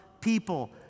people